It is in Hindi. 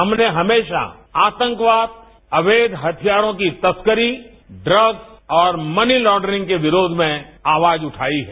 हमने हमेशा आतंकवाद अवैध हथियारों की तस्करी ड्रग्स और मनी लॉन्डरिंग के विरोध में आवाज उगई है